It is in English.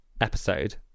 episode